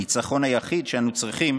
הניצחון היחיד שאנו צריכים